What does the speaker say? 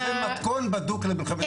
כי זה מתכון בדוק למלחמת אזרחים.